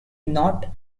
not